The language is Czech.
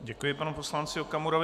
Děkuji panu poslanci Okamurovi.